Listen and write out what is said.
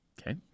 Okay